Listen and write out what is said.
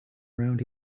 around